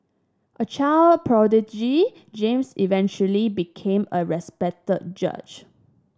a child prodigy James eventually became a respected judge